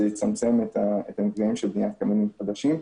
זה יצמצם את המפגעים של בניית קמינים חדשים.